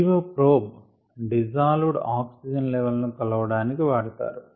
DO probe dissolved oxygen level ను కొలవడానికి వాడెదరు